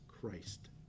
Christ